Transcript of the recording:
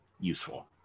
useful